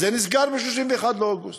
אז זה נסגר ב-31 באוגוסט.